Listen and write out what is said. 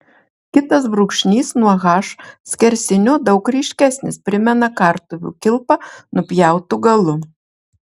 kitas brūkšnys nuo h skersinio daug ryškesnis primena kartuvių kilpą nupjautu galu